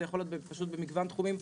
זה יכול להיות במגוון תחומים,